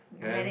and then